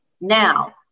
Now